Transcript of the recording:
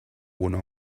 one